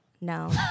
No